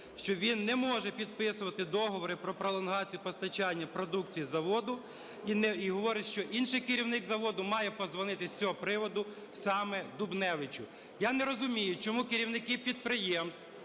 що він не може підписувати договори про пролонгацію постачання продукції заводу і говорить, що інший керівник заводу має подзвонити з цього приводу саме Дубневичу. Я не розумію, чому керівники підприємств,